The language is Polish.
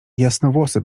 jasnowłosy